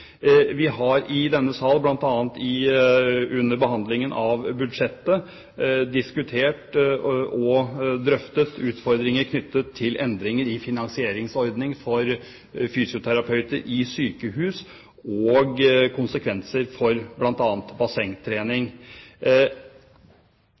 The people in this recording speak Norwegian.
Vi har i denne sal, bl.a. under behandlingen av budsjettet, diskutert og drøftet utfordringer knyttet til endringer i finansieringsordninger for fysioterapeuter i sykehus, og konsekvenser for